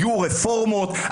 היו רפורמות.